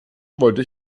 wollte